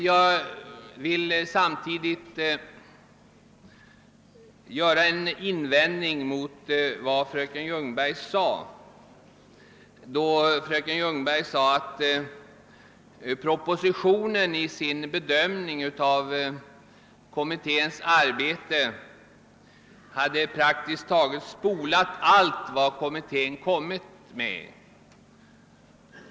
Jag vill samtidigt göra en invändning mot vad fröken Ljungberg sade om att propositionen i sin bedömning av kommitténs arbete praktiskt taget hade »spolat» allt vad denna framlagt.